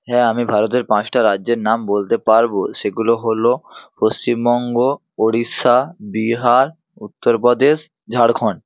হ্যাঁ আমি ভারতের পাঁচটা রাজ্যের নাম বলতে পারব সেগুলো হল পশ্চিমবঙ্গ উড়িষ্যা বিহার উত্তরপ্রদেশ ঝাড়খন্ড